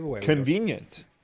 Convenient